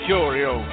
Curio